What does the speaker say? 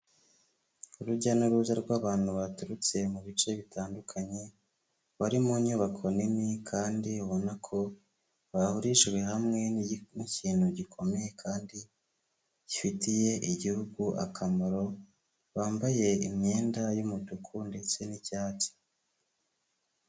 Urujya n'uruza rw'abantu baturutse mu bice bitandukanye, bari mu nyubako nini kandi babona ko bahurijwe hamwe n'ikintu gikomeye kandi gifitiye igihugu akamaro, bambaye imyenda y'umutuku ndetse n'icyatsi.